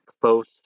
close